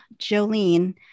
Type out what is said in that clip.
Jolene